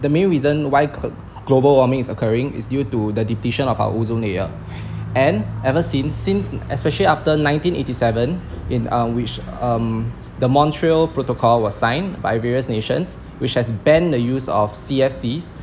the main reason why g~ global warming is occurring is due to the depletion of our ozone layer and ever since since especially after nineteen eighty seven in uh which um the montreal protocol was signed by various nations which has banned the use of C_F_Cs